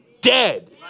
dead